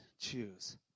choose